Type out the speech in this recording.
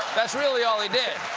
that's really all he did.